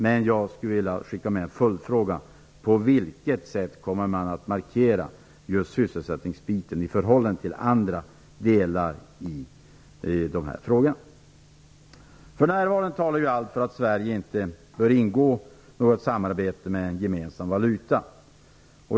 Men jag skulle vilja skicka med följdfrågan: På vilket sätt kommer man att markera just sysselsättningsdelen i förhållande till andra delar? För närvarande talar allt för att Sverige inte bör ingå något samarbete om en gemensam valuta.